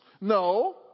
No